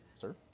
Sir